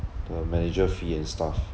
the manager fee and stuff